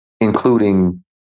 including